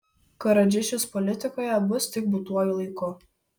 karadžičius politikoje bus tik būtuoju laiku